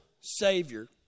savior